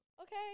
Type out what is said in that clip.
Okay